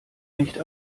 nicht